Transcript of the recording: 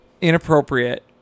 inappropriate